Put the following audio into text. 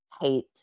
hate